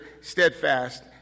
steadfast